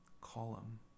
column